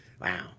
Wow